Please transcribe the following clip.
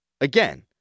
Again